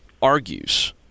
argues